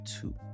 two